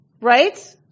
Right